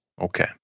Okay